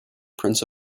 prince